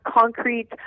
concrete